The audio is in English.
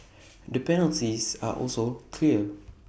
the penalties are also clear